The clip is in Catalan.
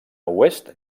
oest